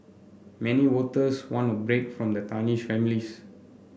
many voters want a break from the tarnished families